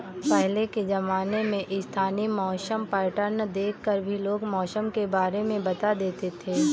पहले के ज़माने में स्थानीय मौसम पैटर्न देख कर भी लोग मौसम के बारे में बता देते थे